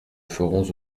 ferons